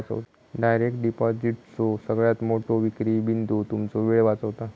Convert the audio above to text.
direct डिपॉजिटचो सगळ्यात मोठो विक्री बिंदू तुमचो वेळ वाचवता